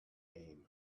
aim